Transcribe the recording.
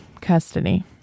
custody